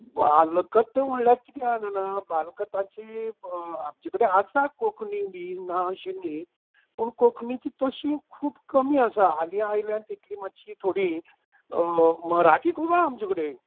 बाल कथा म्हळ्यार कितें आसा जाणां बाल कथांची आमचे कडेन आसा कोंकणी बी ना अशे नी पूण कोंकणीचीं तशीं खूब कमी आसा हालीं आयल्यां तितूंलीं मातशीं थोडीं मराठी खूब आसा आमचे कडेन